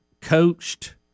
coached